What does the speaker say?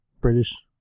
British